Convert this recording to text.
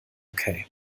okay